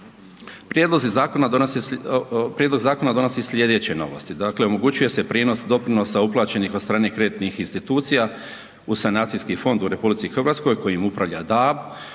Prijedlog zakona donosi slijedeće novosti. Dakle, omogućuje se prijenos doprinosa uplaćenih od strane kreditnih institucija u sanacijski fond u RH kojim upravlja DAB